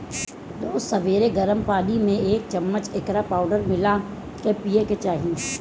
रोज सबेरे गरम पानी में एक चमच एकर पाउडर मिला के पिए के चाही